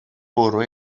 bwrw